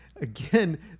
Again